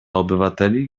obywateli